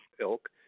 ilk